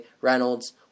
Reynolds